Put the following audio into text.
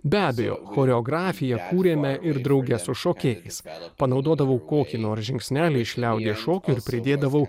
be abejo choreografiją kūrėme ir drauge su šokėjais panaudodavau kokį nors žingsnelį iš liaudies šokio ir pridėdavau